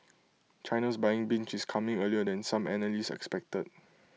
China's buying binge is coming earlier than some analyst expected